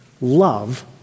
love